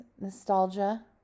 nostalgia